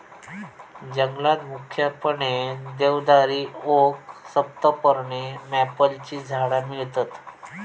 जंगलात मुख्यपणे देवदारी, ओक, सप्तपर्णी, मॅपलची झाडा मिळतत